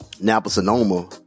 Napa-Sonoma